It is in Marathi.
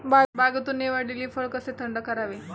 बागेतून निवडलेले फळ कसे थंड करावे?